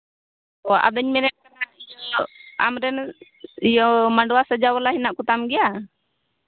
ᱟᱫᱚᱧ ᱢᱮᱱᱮᱫ ᱠᱟᱱᱟ ᱟᱢ ᱨᱮᱱ ᱤᱭᱟᱹ ᱢᱟᱰᱣᱟ ᱥᱟᱡᱟᱣ ᱵᱟᱞᱟ ᱦᱮᱱᱟᱜ ᱠᱚᱛᱟᱢ ᱜᱮᱭᱟ